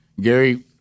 Gary